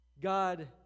God